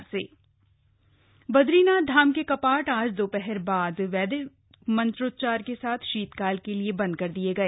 बदरीनाथ कपाट बदरीनाथ धाम के कपाट आज दोपहर बाद वैदिक मंत्रोच्चार के साथ शीतकाल के लिए बंद कर दिये गए